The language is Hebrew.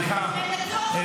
סליחה,